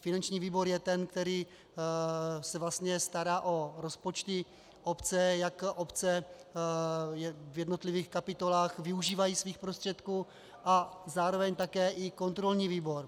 Finanční výbor je ten, který se vlastně stará o rozpočty obce, jak obce v jednotlivých kapitolách využívají svých prostředků, a zároveň také i kontrolní výbor.